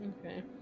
Okay